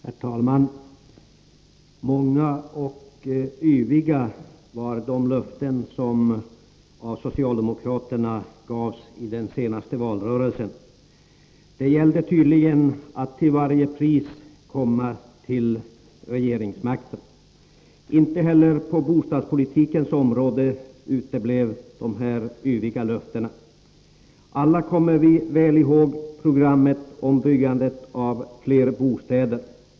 Herr talman! Många och yviga var de löften som gavs av socialdemokraterna i den senaste valrörelsen. Det gällde tydligen att till varje pris komma till regeringsmakten. Inte heller på bostadspolitikens område uteblev dessa yviga löften. Alla kommer vi väl ihåg programmet om byggande av fler bostäder.